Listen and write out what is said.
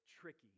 tricky